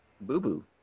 boo-boo